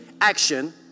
action